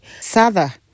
Sada